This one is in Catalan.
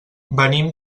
venim